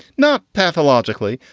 not pathologically,